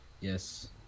Yes